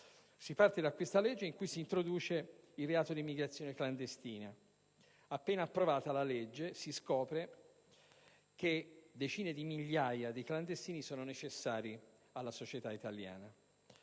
di diritto costituzionale), in cui si introduce il reato di immigrazione clandestina. Appena approvata la legge si scopre che decine di migliaia di clandestini sono necessari alla società italiana.